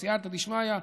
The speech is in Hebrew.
בסייעתא דשמיא,